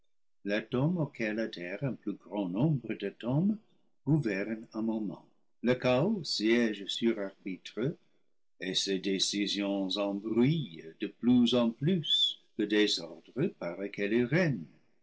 auquel adhère un plus grand nombre d'atomes gouverne un moment le chaos siège surarbitre et ses décisions embrouillent de plus en plus le désordre par lequel